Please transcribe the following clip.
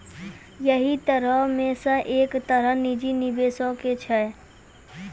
यहि तरहो मे से एक तरह निजी निबेशो के छै